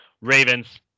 Ravens